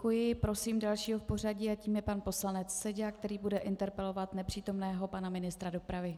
Děkuji Prosím dalšího v pořadí a tím je pan poslanec Seďa, který bude interpelovat nepřítomného pana ministra dopravy.